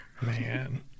Man